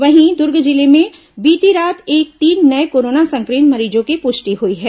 वहीं दुर्ग जिले में बीती रात तक तीन नये कोरोना संक्रमित मरीजों की पुष्टि हुई है